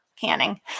canning